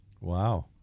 Wow